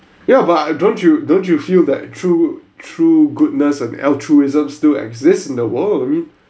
ya but ah don't you don't you feel that true true goodness and altruism still exists in the world I mean